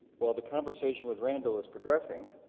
while the conversation with randall is progressing,